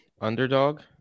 underdog